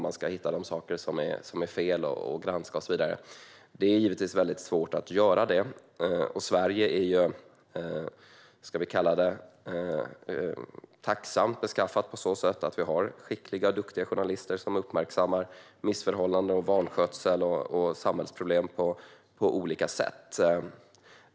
Man ska hitta saker som är fel och granska dem. Det är givetvis svårt att göra det. I Sverige kan vi vara tacksamma för att vi har skickliga, duktiga journalister som på olika sätt uppmärksammar missförhållanden, vanskötsel och samhällsproblem.